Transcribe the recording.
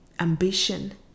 Ambition